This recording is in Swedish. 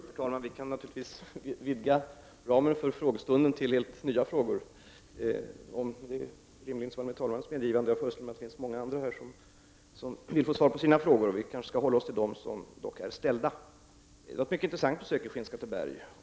Herr talman! Vi kan naturligtvis med talmannens medgivande vidga ramen för frågestunden till att omfatta helt nya frågor. Men jag föreställer mig att det finns många här som vill få ett svar på sina frågor, och vi kanske skall hålla oss till de frågor som dock är ställda. Det var ett mycket intressant besök i Skinnskatteberg.